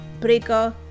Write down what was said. Breaker